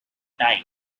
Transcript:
tie